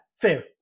fair